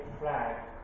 flag